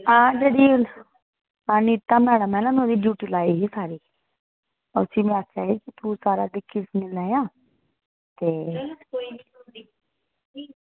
आं जेह्ड़ी अनीता मैडम ऐ ना ओह्दी ड्यूटी लाई दी सारी उसी में आक्खेआ यरी सारा स्कूल दिक्खी लैयां ते